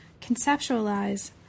conceptualize